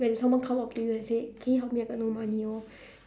when someone come up to you and say can you help me I got no money all